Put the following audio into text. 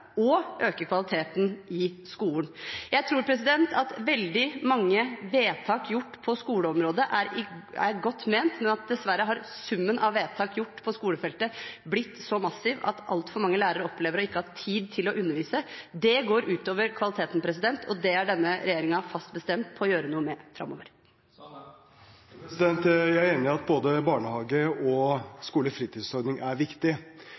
og for å øke kvaliteten i skolen. Jeg tror at veldig mange vedtak gjort på skoleområdet er godt ment, men at summen av vedtak gjort på skolefeltet dessverre har blitt så massiv at altfor mange lærere opplever å ikke ha tid til å undervise. Det går ut over kvaliteten, og det er denne regjeringen fast bestemt på å gjøre noe med framover. Jeg er enig i at både barnehage og skolefritidsordning er viktig,